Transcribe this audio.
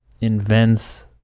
invents